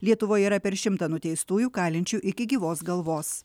lietuvoje yra per šimtą nuteistųjų kalinčių iki gyvos galvos